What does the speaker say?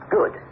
Good